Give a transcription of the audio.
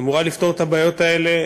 היא אמורה לפתור את הבעיות האלה.